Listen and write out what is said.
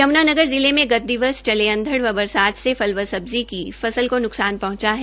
यमुनानगर जिले में गत दिवस चले अंधड़ व बरसात से फल व सब्जी की फसल को न्कसान पहंचा है